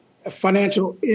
financial